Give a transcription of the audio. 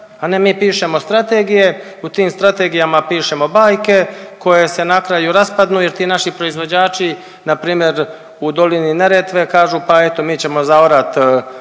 A ne mi pišemo strategije, u tim strategijama pišemo bajke koje se na kraju raspadnu jer ti naši proizvođači npr. u dolini Neretve, kažu pa eto mi ćemo zaorat